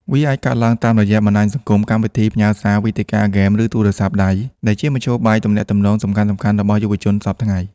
វាអាចកើតឡើងតាមរយៈបណ្តាញសង្គម កម្មវិធីផ្ញើសារ វេទិកាហ្គេម ឬទូរស័ព្ទដៃ ដែលជាមធ្យោបាយទំនាក់ទំនងសំខាន់ៗរបស់យុវជនសព្វថ្ងៃ។